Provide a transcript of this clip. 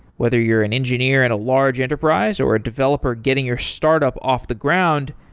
whether you're an engineer at a large enterprise, or a developer getting your startup off the ground,